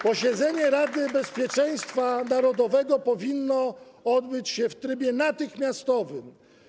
Posiedzenie Rady Bezpieczeństwa Narodowego powinno odbyć się w trybie natychmiastowym.